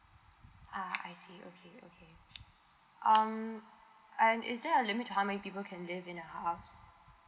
uh I see okay okay um and is there a limit to how many people can live in a house